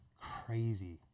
Crazy